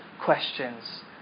questions